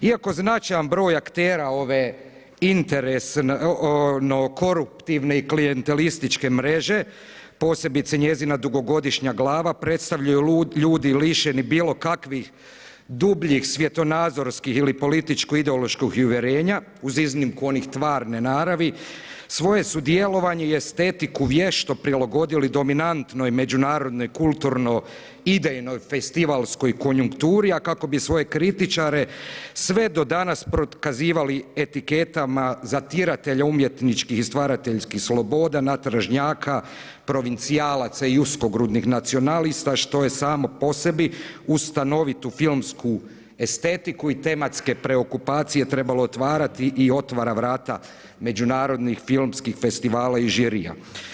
Iako značajan broj aktera ove interesno, koruptivne i klijentelističke mreže, posebice njezina dugogodišnja glava predstavljaju ljudi lišeni bilo kakvih dubljih svjetonazorskih ili političko ideološkog uvjerenja uz iznimku one tvarne naravi, svoje su djelovanje i estetiku vješto prilagodili dominantnoj međunarodnoj, kulturno, idejnoj festivalskoj konjukturi a kako bi svoje kritičare sve do danas prikazivali etiketama za … umjetničkih i stvarateljskih sloboda, natražnjaka, provincijalaca i uskogrudnih nacionalista što je samo po sebi uz stanovitu filmsku estetiku i tematske preokupacije trebalo otvarati i otvara vrata međunarodnih filmskih festivala i žirija.